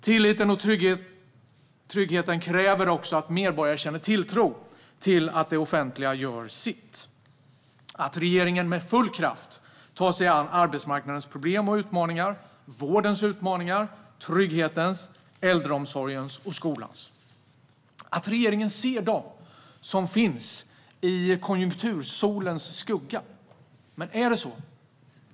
Tilliten och tryggheten kräver också att medborgare känner tilltro till att det offentliga gör sitt, att regeringen med full kraft tar sig an arbetsmarknadens problem och utmaningar, att man tar sig an vårdens utmaningar liksom trygghetens, äldreomsorgens och skolans utmaningar. Det krävs att regeringen ser dem som finns i konjunktursolens skugga. Är det så?